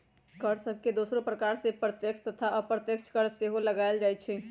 कर सभके दोसरो प्रकार में प्रत्यक्ष तथा अप्रत्यक्ष कर सेहो लगाएल जाइ छइ